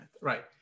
right